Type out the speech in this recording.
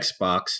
Xbox